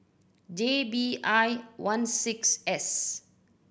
J B I one six S